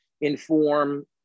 inform